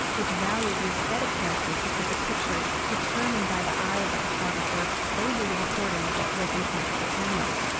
which valued the aesthetic characteristics of the picture determined by the eye of the photographer over the recording of what was in front of the camera.